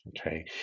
Okay